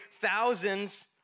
thousands